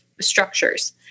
structures